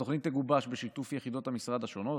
התוכנית תגובש בשיתוף יחידות המשרד השונות,